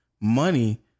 money